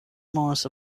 mars